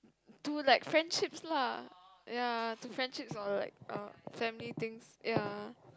to like friendships lah ya to friendships or like err family things ya